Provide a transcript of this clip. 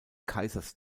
kaisers